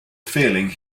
feeling